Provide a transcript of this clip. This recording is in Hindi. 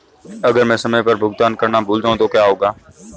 अगर मैं समय पर भुगतान करना भूल जाऊं तो क्या होगा?